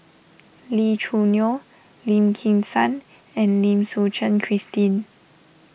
Lee Choo Neo Lim Kim San and Lim Suchen Christine